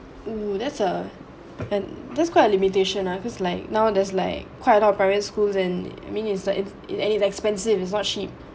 oh that's a then that's quite a limitation ah because like now there's like quiet a lot of private schools and I mean it's like it it's expensive it's not cheap